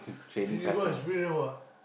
see see got experience what